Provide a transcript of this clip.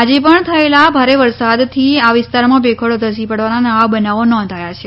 આજે પણ થયેલા ભારે વરસાદથી આ વિસ્તારમાં ભેખડો ધસી પડવાના નવા બનાવો નોંધાયા છે